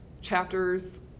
chapters